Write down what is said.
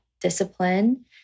discipline